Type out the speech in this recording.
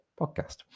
podcast